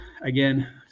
again